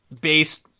based